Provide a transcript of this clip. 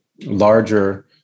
larger